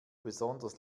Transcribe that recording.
besonders